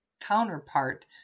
counterpart